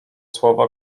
słowo